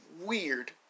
weird